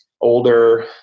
older